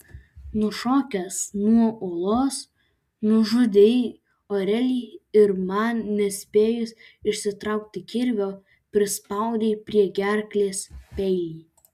nušokęs nuo uolos nužudei orelį ir man nespėjus išsitraukti kirvio prispaudei prie gerklės peilį